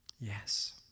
Yes